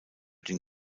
den